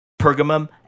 Pergamum